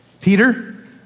Peter